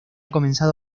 comenzado